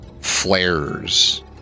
flares